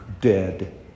dead